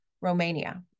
Romania